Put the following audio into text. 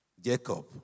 Jacob